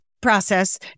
process